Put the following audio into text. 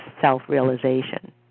self-realization